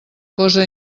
cosa